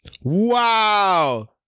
Wow